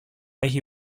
έχει